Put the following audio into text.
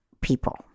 people